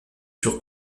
sûr